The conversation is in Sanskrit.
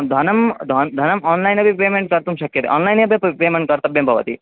धनं दानं धनम् आन्लैन् अपि पेमेण्ट् कर्तुं शक्यते आन्लैन् अपि पेमेण्ट् कर्तव्यं भवति